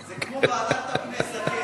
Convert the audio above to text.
זה כמו "והדרת פני זקן",